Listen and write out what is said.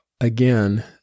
again